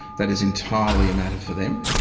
that is entirely a matter for them.